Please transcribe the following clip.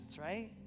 right